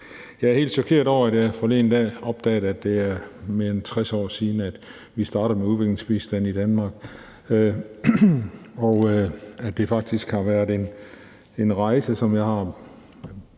Jeg er helt chokeret over, at jeg forleden dag opdagede, at det er mere end 60 år siden, vi startede med udviklingsbistand i Danmark, og at det faktisk har været en rejse, som jeg har